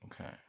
Okay